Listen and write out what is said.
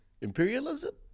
imperialism